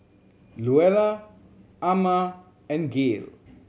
Luella Amma and Gayle